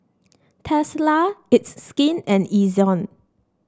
Tesla It's Skin and Ezion